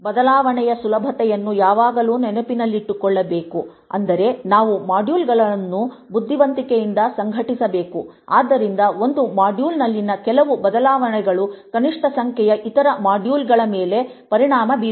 ಬದಲಾವಣೆಯ ಸುಲಭತೆಯನ್ನು ಯಾವಾಗಲೂ ನೆನಪಿನಲ್ಲಿಟ್ಟುಕೊಳ್ಳಬೇಕು ಅಂದರೆ ನಾವು ಮಾಡ್ಯೂಲ್ಗಳನ್ನು ಬುದ್ಧಿವಂತಿಕೆಯಿಂದ ಸಂಘಟಿಸಬೇಕು ಆದ್ದರಿಂದ ಒಂದು ಮಾಡ್ಯೂಲ್ನಲ್ಲಿನ ಕೆಲವು ಬದಲಾವಣೆಗಳು ಕನಿಷ್ಟ ಸಂಖ್ಯೆಯ ಇತರ ಮಾಡ್ಯೂಲ್ಗಳ ಮೇಲೆ ಪರಿಣಾಮ ಬೀರುತ್ತವೆ